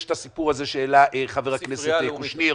יש את הסיפור שהעלה חבר הכנסת קושניר.